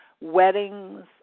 weddings